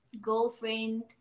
girlfriend